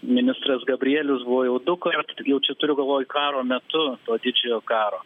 ministras gabrielius buvo jau dukart jau čia turiu galvoj karo metu ro didžiojo karo